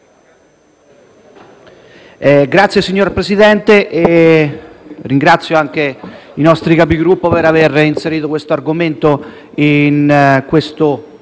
*(M5S)*. Signor Presidente, ringrazio i nostri Capigruppo per avere inserito questo argomento in questo